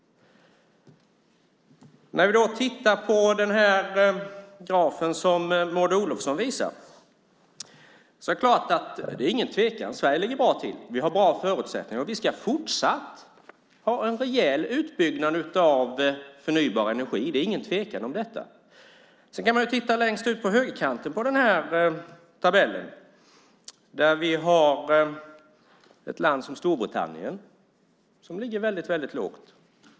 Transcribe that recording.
När vi tittar på den graf som Maud Olofsson visar är det ingen tvekan om att Sverige ligger bra till. Vi har bra förutsättningar, och vi ska fortsatt ha en rejäl utbyggnad av förnybar energi. Det är ingen tvekan om det. Sedan kan man titta längst ut på högerkanten på den här tabellen. Där har vi ett land som Storbritannien som ligger väldigt lågt.